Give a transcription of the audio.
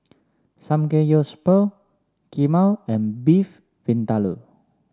Samgeyopsal Kheema and Beef Vindaloo